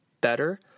better